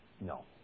No